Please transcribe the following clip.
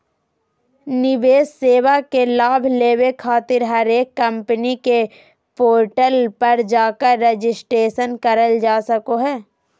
निवेश सेवा के लाभ लेबे खातिर हरेक कम्पनी के पोर्टल पर जाकर रजिस्ट्रेशन करल जा सको हय